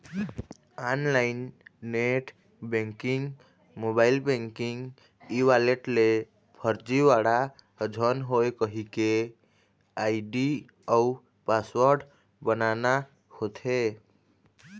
online net banking, mobile banking, e wallet ले फरजीवाड़ा झन होए कहिके आईडी अउ पासवर्ड बनाना होथे